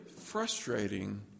frustrating